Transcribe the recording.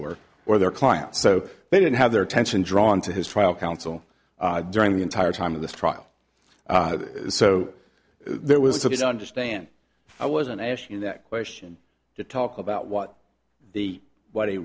or or their client so they didn't have their attention drawn to his trial counsel during the entire time of the trial so there was a bit understand i wasn't asking that question to talk about what the what a